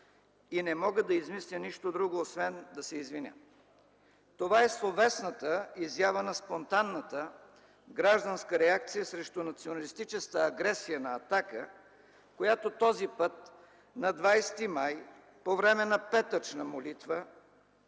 и не мога да измисля нищо друго, освен да се извиня.” Това е словесната изява на спонтанната гражданска реакция срещу националистическата агресия на „Атака”, която този път на 20 май, по време на петъчна молитва